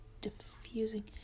diffusing